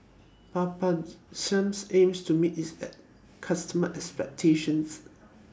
Peptamen seems aims to meet its An customers' expectations